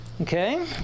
Okay